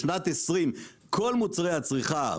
בשנת 2020 כל מוצרי הצריכה,